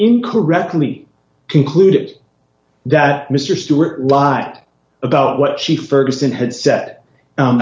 incorrectly concluded that mr stewart lied about what she